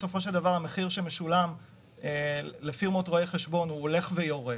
כשנעשתה בדיקה למדינות נוספות ראינו שאנחנו ועוד שתי